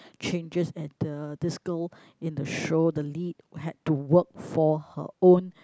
changes and the this girl in the show the lead had to work for her own